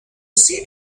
seat